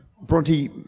Bronte